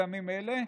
בימים אלה,